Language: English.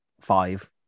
five